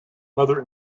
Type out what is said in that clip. mother